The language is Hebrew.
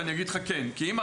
אי-אפשר.